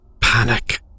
Panic